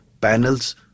panels